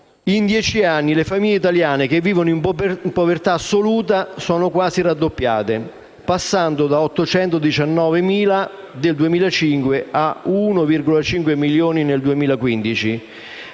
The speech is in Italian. In dieci anni le famiglie italiane che vivono in povertà assoluta sono quasi raddoppiate, passando da 819.000 del 2005 a 1,5 milioni nel 2015.